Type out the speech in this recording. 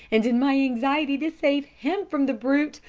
and in my anxiety to save him from the brute,